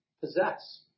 possess